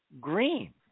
green